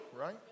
right